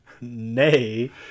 nay